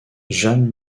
jeanne